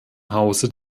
hause